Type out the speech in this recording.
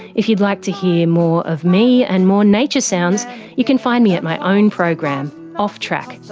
if you'd like to hear more of me and more nature sounds you can find me at my own program, off track.